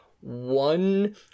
one